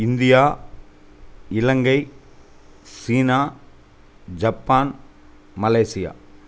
India Ilangai சீனா Japan Malaysia